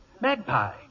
Magpie